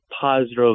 positive